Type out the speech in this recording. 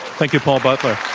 thank you, paul butler.